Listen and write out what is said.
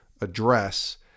address